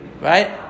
Right